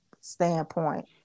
standpoint